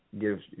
gives –